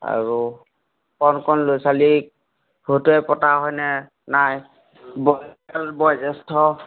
আৰু কণ কণ ল'ৰা ছোৱালীক সৈতে পতা হয়নে নাই বয়জ্যেষ্ঠ